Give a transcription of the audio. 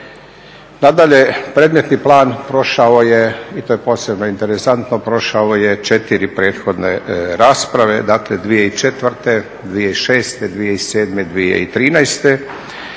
Nadalje, predmetni plan prošao je i to je posebno interesantno, prošao je 4 prethodne rasprave, dakle 2004., 2006., 2007., 2013.